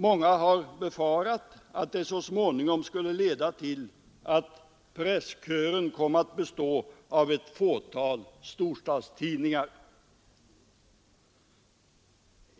Många har befarat att det så småningom skulle leda till att presskören skulla komma att bestå av ett fåtal storstadstidningar.